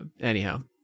anyhow